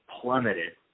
plummeted